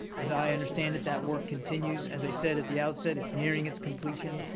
as i understand it, that work continues as i said at the outset, it's nearing its completion.